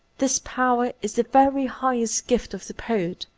this power is the very highest gift of the poet.